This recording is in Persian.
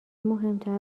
مهمتر